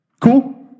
Cool